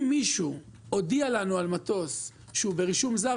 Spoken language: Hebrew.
אם מישהו הודיע לנו על מטוס שהוא ברישום זר,